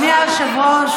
אדוני היושב-ראש,